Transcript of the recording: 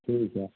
ठीक है